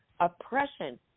oppression